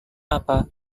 apa